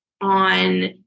on